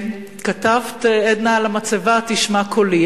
כתבת, עדנה, על המצבה: "התשמע קולי".